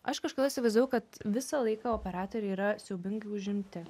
aš kažkada įsivaizdavau kad visą laiką operatoriai yra siaubingai užimti